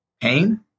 pain